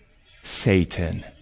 Satan